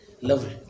Lovely